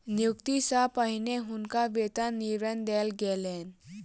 नियुक्ति सॅ पहिने हुनका वेतन विवरण देल गेलैन